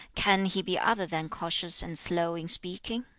can he be other than cautious and slow in speaking